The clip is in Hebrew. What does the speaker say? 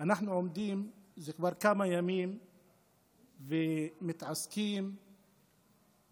אנחנו עומדים כבר כמה ימים ומתעסקים בחקיקה